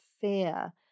fear